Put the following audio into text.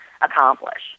accomplish